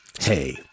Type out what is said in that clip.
Hey